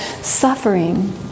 suffering